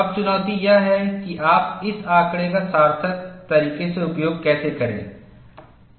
अब चुनौती यह है कि आप इस आंकड़े का सार्थक तरीके से उपयोग कैसे करेंगे